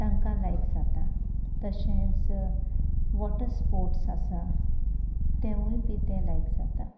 तांकां लायक जाता तशेंच वॉटर स्पोर्ट्स आसा तेंवूय बी तें लायक जाता